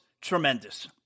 tremendous